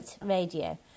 radio